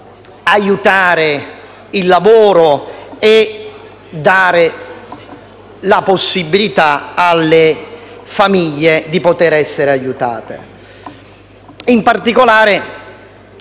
aiutare il lavoro e dare la possibilità alle famiglie di essere aiutate. In particolare,